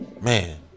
Man